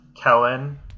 kellen